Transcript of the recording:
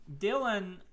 Dylan